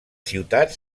ciutat